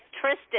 Tristan